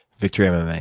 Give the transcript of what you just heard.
victory mma.